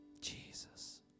Jesus